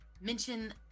mention